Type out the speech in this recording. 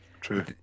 true